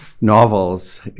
novels